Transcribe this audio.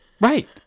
Right